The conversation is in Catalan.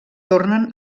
tornen